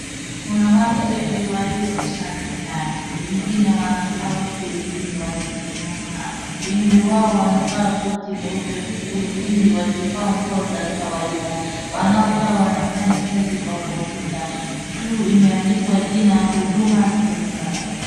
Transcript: Kuna watu wengi waliokusanyika, wengine wanakaa uku wengine wakisimama. Wengi wao wanavaa koti meupe uku wengine wakivaa nguo za kawaida. Wanaokaa wanafanya kazi kwa kompyuta. Juu imeandikwa jina Huduma Centre.